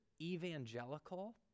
evangelical